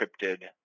encrypted